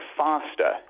faster